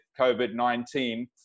COVID-19